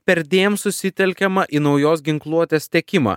perdėm susitelkiama į naujos ginkluotės tiekimą